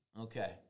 Okay